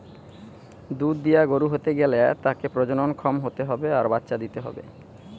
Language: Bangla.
দুধ দিয়া গরু হতে গ্যালে তাকে প্রজনন ক্ষম হতে হবে আর বাচ্চা দিতে হবে